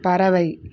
பறவை